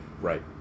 right